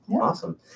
Awesome